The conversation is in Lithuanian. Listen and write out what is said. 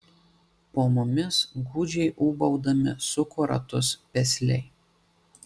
po mumis gūdžiai ūbaudami suko ratus pesliai